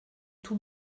tout